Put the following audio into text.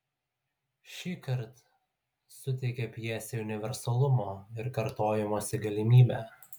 šįkart suteikia pjesei universalumo ir kartojimosi galimybę